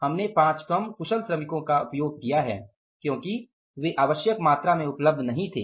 हमने 5 कम कुशल श्रमिकों का उपयोग किया है क्योंकि वे आवश्यक मात्रा में उपलब्ध नहीं थे